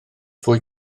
fwy